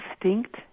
distinct